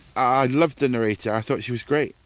i loved the narrator, i thought she was great.